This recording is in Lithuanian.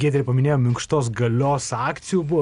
giedrė paminėjo minkštos galios akcijų buvo